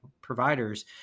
providers